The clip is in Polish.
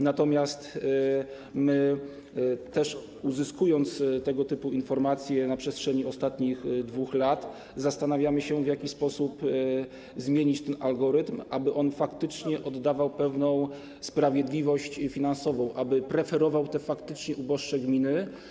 Natomiast my, uzyskując tego typu informacje w ciągu ostatnich 2 lat, zastanawiamy się, w jaki sposób zmienić ten algorytm, aby on faktycznie oddawał pewną sprawiedliwość finansową, aby preferował te faktycznie uboższe gminy.